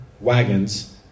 wagons